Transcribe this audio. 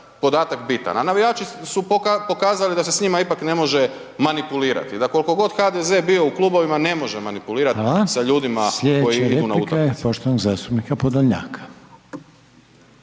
podatak bitan. A navijači su pokazali da se s njima ipak ne može manipulirati i da kolikogod HDZ bio u klubovima ne može manipulirati sa ljudima koji idu na utakmice. **Reiner, Željko (HDZ)** Hvala. Sljedeća replika je poštovanog zastupnika Podolnjaka.